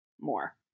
more